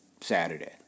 Saturday